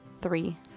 three